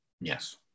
Yes